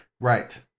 Right